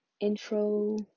intro